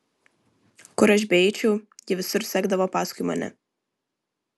kur aš beeičiau ji visur sekdavo paskui mane